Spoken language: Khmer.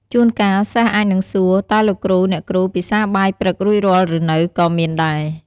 ជួនកាល សិស្សអាចនឹងសួរ តើលោកគ្រូ អ្នកគ្រូ ពិសាបាយព្រឹករួចរាល់ឬនៅ ក៏មានដែរ។